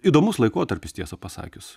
įdomus laikotarpis tiesą pasakius